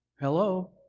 Hello